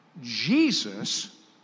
Jesus